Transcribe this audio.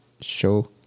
show